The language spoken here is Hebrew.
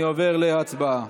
אני עובר להצבעה.